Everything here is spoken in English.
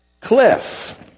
cliff